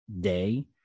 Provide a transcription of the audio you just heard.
day